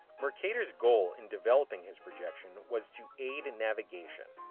mercator's goal in developing his projection was to aid in navigation.